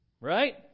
Right